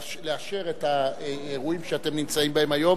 לאשר את האירועים שאתם נמצאים בהם היום,